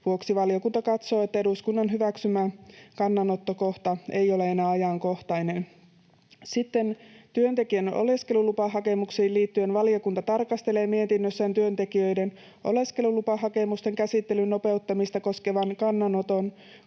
vuoksi valiokunta katsoo, että eduskunnan hyväksymä kannanottokohta ei ole enää ajankohtainen. Sitten työntekijän oleskelulupahakemuksiin liittyen valiokunta tarkastelee mietinnössään työntekijöiden oleskelulupahakemusten käsittelyn nopeuttamista koskevan kannanoton